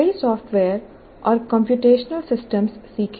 कई सॉफ्टवेयर और computational system सीखें